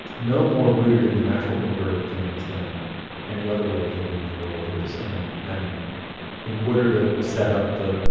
no more rooted in the natural order of things than any other way of living in the world is and. and in order to set up the